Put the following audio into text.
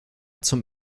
zum